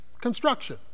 construction